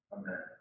Amen